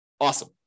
Awesome